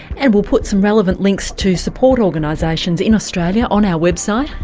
and we'll put some relevant links to support organisations in australia on our website,